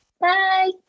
Bye